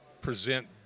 present